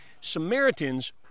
Samaritans